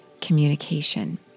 communication